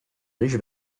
riche